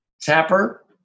tapper